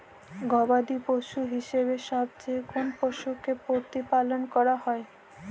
গবাদী পশু হিসেবে সবচেয়ে কোন পশুকে প্রতিপালন করা হয়?